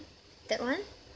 that one